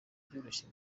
byoroshye